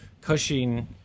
Cushing